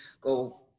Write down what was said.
go